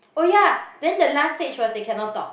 oh yea then the last stage was they cannot talk